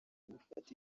gufata